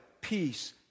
peace